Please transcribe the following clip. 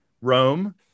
rome